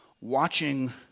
watching